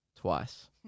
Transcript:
twice